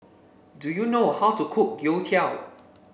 do you know how to cook Youtiao